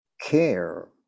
care